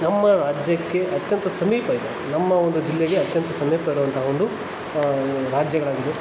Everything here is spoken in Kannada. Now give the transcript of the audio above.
ನಮ್ಮ ರಾಜ್ಯಕ್ಕೆ ಅತ್ಯಂತ ಸಮೀಪ ಇದೆ ನಮ್ಮ ಒಂದು ಜಿಲ್ಲೆಗೆ ಅತ್ಯಂತ ಸಮೀಪ ಇರುವಂಥ ಒಂದು ರಾಜ್ಯಗಳಾಗಿದೆ